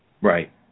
Right